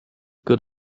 good